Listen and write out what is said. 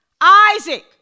Isaac